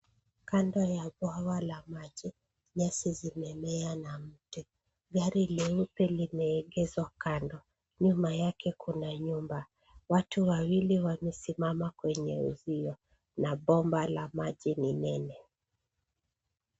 Kando ya bwawa la maji, nyasi zimemea na miti. Gari leupe limeegezwa kando. Nyuma yake kuna nyumba. Watu wawili wamesimama kwenye uzio, na bomba la maji ni nene.